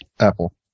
Apple